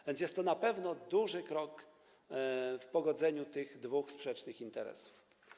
A więc jest to na pewno duży krok w kierunku pogodzenia tych dwóch sprzecznych interesów.